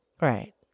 Right